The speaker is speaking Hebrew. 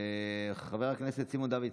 חבר הכנסת סימון דוידסון.